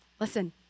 listen